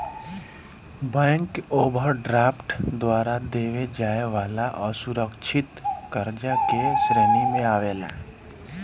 bank overdraft द्वारा देवे जाए वाला असुरकछित कर्जा के श्रेणी मे आवेला